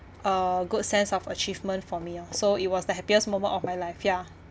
a good sense of achievement for me uh so it was the happiest moment of my life ya